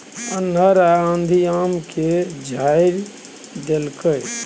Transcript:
अन्हर आ आंधी आम के झाईर देलकैय?